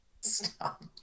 Stop